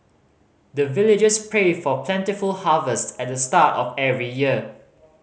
the villagers pray for plentiful harvest at the start of every year